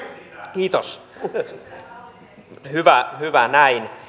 kiitos hyvä näin